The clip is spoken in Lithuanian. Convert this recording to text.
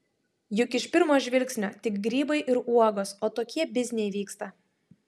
juk iš pirmo žvilgsnio tik grybai ir uogos o tokie bizniai vyksta